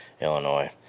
Illinois